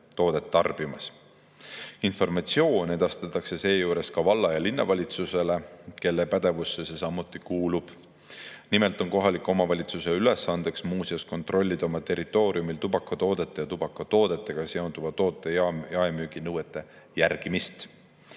toodet tarbimas. Informatsioon edastatakse seejuures ka valla‑ ja linnavalitsusele, kelle pädevusse see samuti kuulub. Nimelt on kohaliku omavalitsuse ülesandeks muu seas kontrollida oma territooriumil tubakatoodete ja tubakatoodetega seonduvate toodete jaemüüginõuete järgimist.